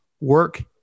work